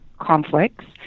conflicts